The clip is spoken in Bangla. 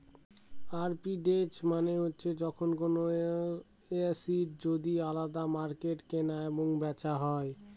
আরবিট্রেজ মানে হচ্ছে যখন কোনো এসেট যদি আলাদা মার্কেটে কেনা এবং বেচা হয়